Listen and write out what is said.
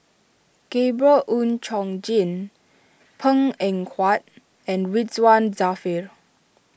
Gabriel Oon Chong Jin Png Eng Huat and Ridzwan Dzafir